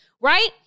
Right